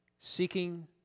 seeking